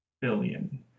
Billion